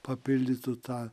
papildytų tą